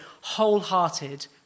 wholehearted